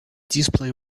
display